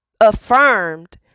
affirmed